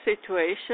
situation